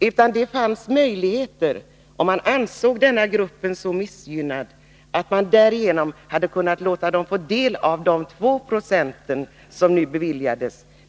15 december 1982 Man ansåg denna grupp så missgynnad att man därigenom hade kunnat låta dem få del av de 2 90 som nu beviljades.